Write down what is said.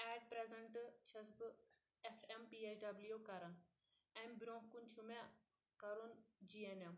eight present چھَس بہٕ F M P H W کران اَمہِ برۄنٛہہ کُن چھُ مےٚ کرُن جی ایٚن ایٚم